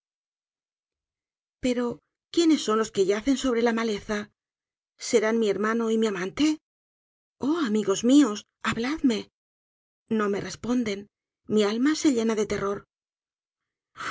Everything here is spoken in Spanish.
pero quiénes son los que yacen sóbrela malez a serán mi hermano y mi amante oh amigos mios habladme no me respondent mi alma se llena de terror